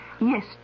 Yes